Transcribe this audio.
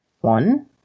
One